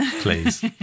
please